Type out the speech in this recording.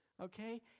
okay